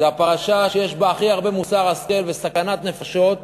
זו הפרשה שיש בה הכי הרבה מוסר השכל וסכנת נפשות,